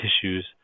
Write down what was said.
tissues